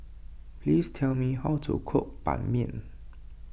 please tell me how to cook Ban Mian